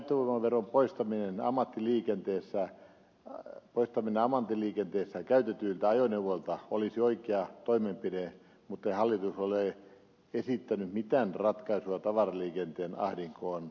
käyttövoimaveron poistaminen ammattiliikenteessä käytetyiltä ajoneuvoilta olisi oikea toimenpide mutta hallitus ei ole esittänyt mitään ratkaisua tavaraliikenteen ahdinkoon